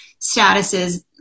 statuses